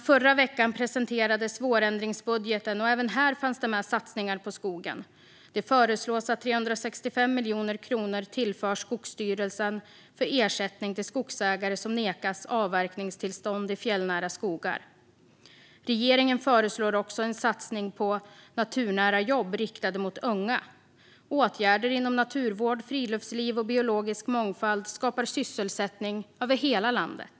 Förra veckan presenterades vårändringsbudgeten, och även där finns det satsningar på skogen. Det föreslås att 365 miljoner kronor tillförs Skogsstyrelsen för ersättning till skogsägare som nekas avverkningstillstånd i fjällnära skogar. Regeringen föreslår också en satsning på naturnära jobb riktade mot unga. Åtgärder inom naturvård, friluftsliv och biologisk mångfald skapar sysselsättning över hela landet.